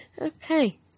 Okay